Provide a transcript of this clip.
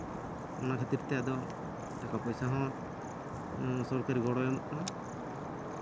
ᱚᱱᱟ ᱠᱷᱟᱹᱛᱤᱨ ᱛᱮ ᱟᱫᱚ ᱴᱟᱠᱟ ᱯᱚᱭᱥᱟ ᱦᱚᱸ ᱩᱸ ᱥᱚᱨᱠᱟᱨᱤ ᱜᱚᱲᱚᱭ ᱮᱢᱚᱜ ᱠᱟᱱᱟ